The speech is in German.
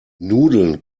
nudeln